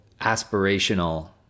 aspirational